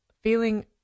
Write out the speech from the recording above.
Feeling